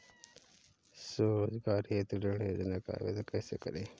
स्वरोजगार हेतु ऋण योजना का आवेदन कैसे करें?